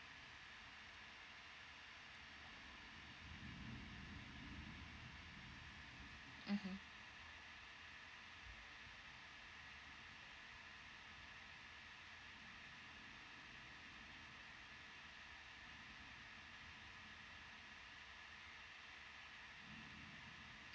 mmhmm